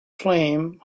flame